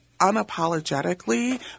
unapologetically